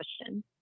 question